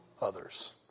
others